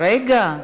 רגע,